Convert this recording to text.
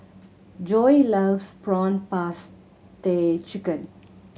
Joi loves prawn paste chicken